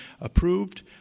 approved